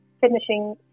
finishing